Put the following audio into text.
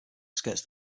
skirts